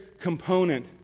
component